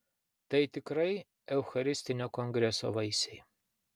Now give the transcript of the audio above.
tai tikrai eucharistinio kongreso vaisiai